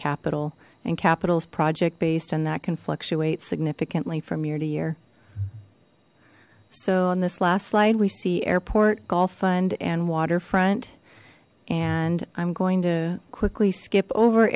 capital and capitals project based and that can fluctuate significantly from year to year so on this last slide we see airport gulf fund and waterfront and i'm going to quickly skip over